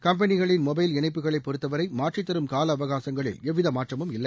கம்பெளிகளின் mobile இணைப்புகளை பொறுத்தவரை மாற்றித்தரும் காலஅவகாசங்களில் எவ்வித மாற்றமும் இல்லை